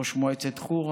ראש מועצת חורה